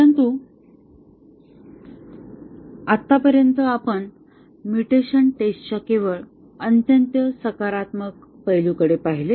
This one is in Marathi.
परंतु आतापर्यंत आपण म्युटेशन टेस्टच्या केवळ अत्यंत सकारात्मक पैलूंकडे पाहिले